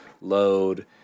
load